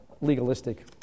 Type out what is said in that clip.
legalistic